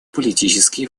политические